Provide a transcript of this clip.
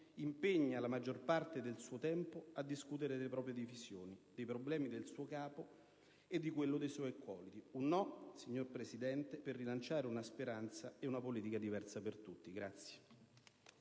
impegna la maggior parte del suo tempo a discutere delle proprie divisioni, dei problemi del suo capo e di quelli dei suoi accoliti. Un no, signor Presidente, per rilanciare una speranza ed una politica diversa per tutti.